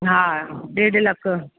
हा ॾेढ लखु